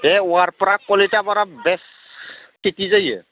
बे वारफारा कलिटिफारायाव बेस्ट खेथि जायो